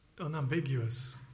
unambiguous